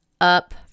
up